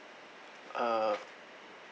uh